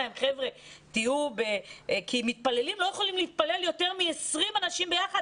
כי מתפללים לא יכולים להתפלל יותר מ-20 אנשים ביחד